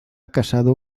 casado